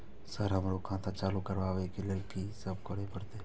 Sir हमरो खाता चालू करबाबे के ली ये की करें परते?